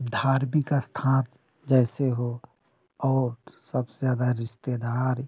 धार्मिक स्थान जैसे हो और सबसे ज़्यादा रिश्तेदार